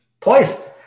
twice